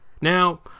Now